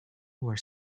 were